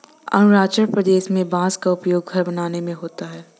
अरुणाचल प्रदेश में बांस का उपयोग घर बनाने में होता है